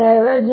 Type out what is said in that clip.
H